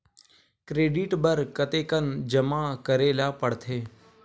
Credit बर कतेकन जमा करे ल पड़थे?